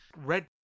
red